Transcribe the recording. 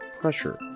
pressure